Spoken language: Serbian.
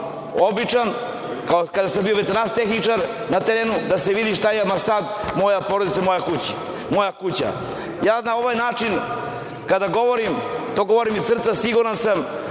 imao kada sam bio veterinarski tehničar na terenu, da se vidi šta ima sada moja porodica i moja kuća. Na ovaj način kada govorim, to govorim iz srca, siguran sam